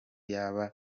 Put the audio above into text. yaba